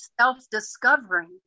self-discovering